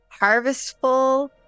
harvestful